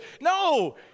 No